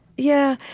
yeah.